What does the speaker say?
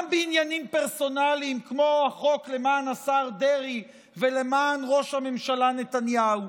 גם בעניינים פרסונליים כמו החוק למען השר דרעי ולמען ראש הממשלה נתניהו,